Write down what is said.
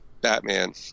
Batman